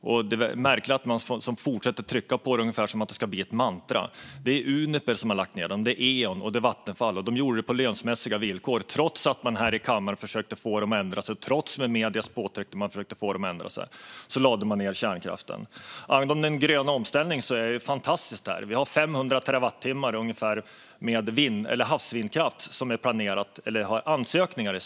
Det är märkligt att man fortsätter att trycka på det ungefär som att det ska bli ett mantra. Det är Uniper, Eon och Vattenfall som har lagt ned den. Och de gjorde det på lönsamhetsmässiga grunder. Trots att man här i kammaren försökte få dem att ändra sig och trots att medierna tryckte på för att få dem att ändra sig lade de ned kärnkraften. Angående den gröna omställningen är det fantastiskt. Det finns ansökningar i Sverige om ungefär 500 terawattimmar när det gäller havsvindkraft.